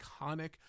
iconic